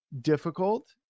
difficult